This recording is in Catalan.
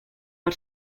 per